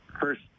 first